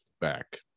back